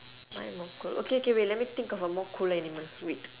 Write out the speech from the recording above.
mine more cool okay okay wait let me think of a more cool animal wait